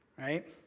right